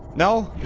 no.